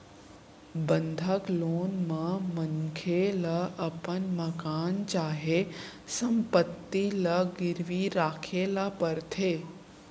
बंधक लोन म मनखे ल अपन मकान चाहे संपत्ति ल गिरवी राखे ल परथे